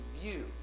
view